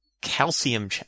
calcium